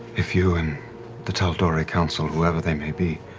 if you and the tal'dorei council, whoever they may be,